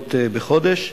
תורנויות בחודש,